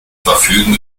verfügen